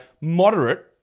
moderate